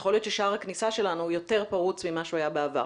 יכול להיות ששער הכניסה שלנו יותר פרוץ ממה שהוא היה בעבר.